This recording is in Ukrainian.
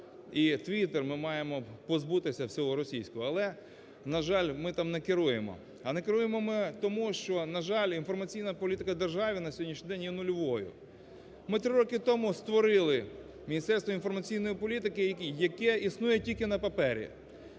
і "Твіттер", ми маємо позбутися всього російського, але, на жаль, ми там не керуємо. А не керуємо ми тому, що, на жаль, інформаційна політика держави на сьогоднішній день є нульовою. Ми три роки тому створили Міністерство інформаційної політики, яке існує тільки на папері.